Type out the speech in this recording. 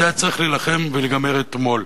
היה צריך להילחם וזה היה להיגמר אתמול.